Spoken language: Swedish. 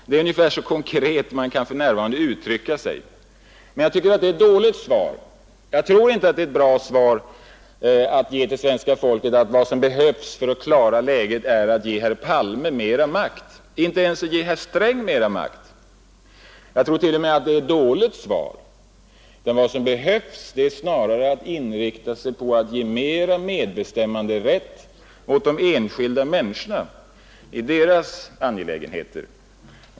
Det är ungefär så konkret de för närvarande kan uttrycka sig. Jag tror inte att det är ett bra svar till svenska folket när man säger att vad som behövs för att klara läget är att ge herr Palme mera makt — inte ens att ge herr Sträng mera makt. Jag tror t.o.m. att det är ett dåligt svar. Vad som behövs är snarare att man inriktar sig på att ge de enskilda människorna mera medbestämmanderätt när det gäller deras angelägenheter.